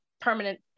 permanent